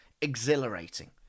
exhilarating